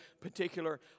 particular